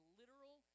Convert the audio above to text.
literal